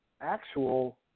actual